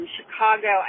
Chicago